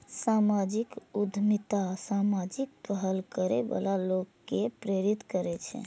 सामाजिक उद्यमिता सामाजिक पहल करै बला लोक कें प्रेरित करै छै